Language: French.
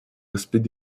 respect